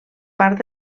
part